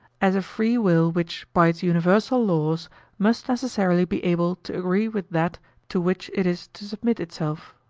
as a free will which by its universal laws must necessarily be able to agree with that to which it is to submit itself.